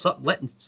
letting